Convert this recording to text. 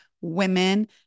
women